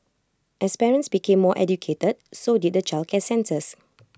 as parents became more educated so did the childcare centres